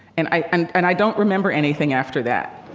and i and and i don't remember anything after that.